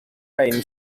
range